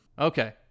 Okay